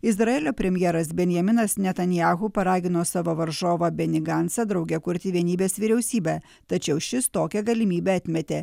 izraelio premjeras benjaminas netanyahu paragino savo varžovą benį gancą drauge kurti vienybės vyriausybę tačiau šis tokią galimybę atmetė